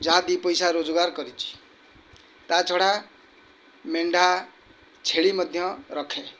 ଯାହା ଦୁଇପଇସା ରୋଜଗାର କରିଛି ତା'ଛଡ଼ା ମେଣ୍ଢା ଛେଳି ମଧ୍ୟ ରଖେ